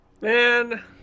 Man